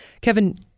Kevin